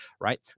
right